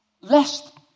Lest